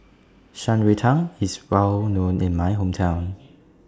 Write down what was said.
Shan Rui Tang IS Well known in My Hometown